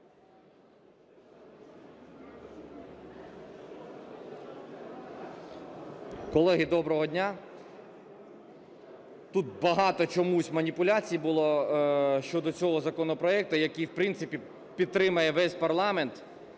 Колеги, доброго дня! Тут багато чомусь маніпуляцій було щодо цього законопроекту, який, в принципі, підтримує весь парламент,